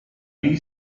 lee